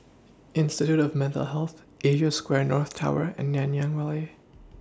Institute of Mental Health Asia Square North Tower and Nanyang Valley